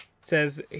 says